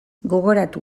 gogoratu